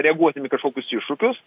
reaguosim į kažkokius iššūkius